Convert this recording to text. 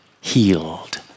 healed